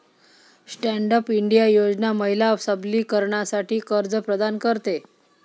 stand up India योजना महिला सबलीकरणासाठी कर्ज प्रदान करते